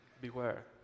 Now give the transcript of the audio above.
Beware